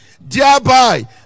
thereby